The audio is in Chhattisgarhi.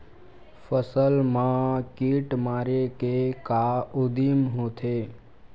फसल मा कीट मारे के का उदिम होथे?